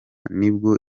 nibwo